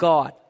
God